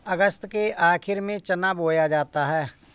अगस्त के आखिर में चना बोया जाता है